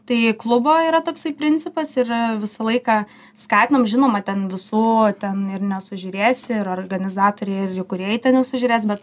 tai klubo yra toksai principas ir visą laiką skatinom žinoma ten visų ten ir nesužiūrėsi ir organizatoriai ir įkūrėjai nesužiūrės bet